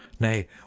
nay